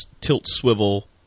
tilt-swivel